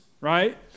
right